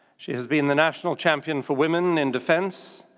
she has been the national champion for women in defense,